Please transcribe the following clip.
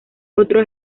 otro